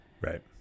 Right